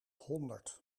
honderd